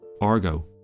Argo